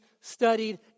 studied